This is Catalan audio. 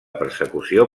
persecució